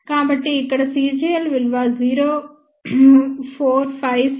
కాబట్టి ఇక్కడ cgl విలువ 0457∟ 20 º